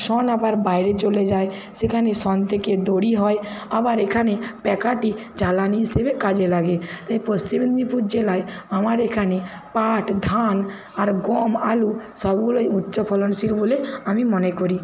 শন আবার বাইরে চলে যায় সেখানে শন থেকে দড়ি হয় আবার এখানে প্যাকাঠি জ্বালানি হিসেবে কাজে লাগে এই পশ্চিম মেদিনীপুর জেলায় আমার এখানে পাট ধান আর গম আলু সবগুলোই উচ্চ ফলনশীল বলে আমি মনে করি